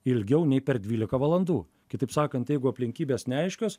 ilgiau nei per dvylika valandų kitaip sakant jeigu aplinkybės neaiškios